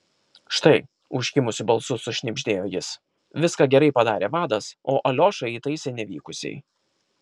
štai užkimusiu balsu sušnibždėjo jis viską gerai padarė vadas o aliošą įtaisė nevykusiai